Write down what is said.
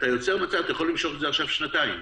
אתה יוצר מצב שאתה יכול למשוך את זה עכשיו שנתיים,